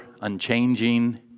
unchanging